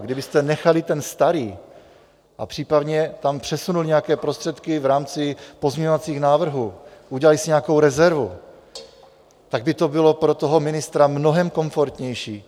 Kdybyste nechali ten starý a případně tam přesunuli nějaké prostředky v rámci pozměňovacích návrhů, udělali si nějakou rezervu, tak by to bylo pro toho ministra mnohem komfortnější.